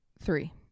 three